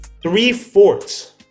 three-fourths